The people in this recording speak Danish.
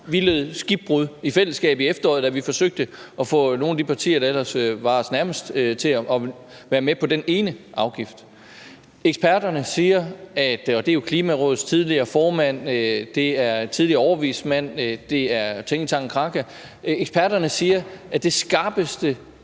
Vi led i fællesskab skibbrud i efteråret, da vi forsøgte at få nogle af de partier, der ellers var os nærmest, til at være med på den ene afgift. Eksperterne siger – og det er jo Klimarådets tidligere formand, det er en tidligere overvismand, det er tænketanken Kraka – at det skarpeste